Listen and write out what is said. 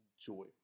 joy